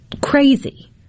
crazy